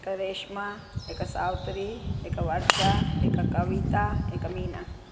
हिकु रेशमा हिकु सावित्री हिकु वर्षा हिकु कविता हिकु मीना